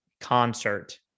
concert